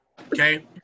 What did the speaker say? Okay